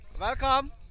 Welcome